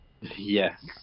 Yes